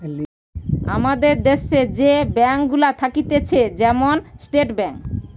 আমাদের দ্যাশে যে ব্যাঙ্ক গুলা থাকতিছে যেমন স্টেট ব্যাঙ্ক